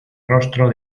rostro